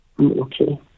Okay